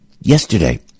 yesterday